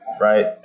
right